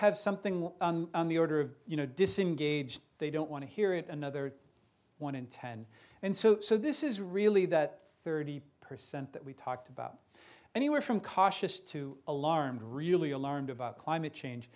have something on the order of you know disengaged they don't want to hear it another one in ten and so so this is really that thirty percent that we talked about anywhere from cautious to alarmed really alarmed about climate change